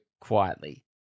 quietly